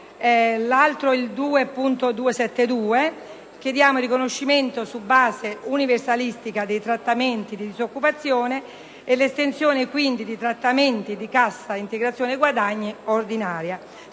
l'emendamento 2.272 chiediamo il riconoscimento su base universalistica dei trattamenti di disoccupazione e quindi l'estensione dei trattamenti di cassa integrazione guadagni ordinaria.